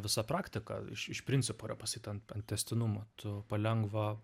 visa praktika iš iš principo yra pastatyta ant tęstinumo tu palengva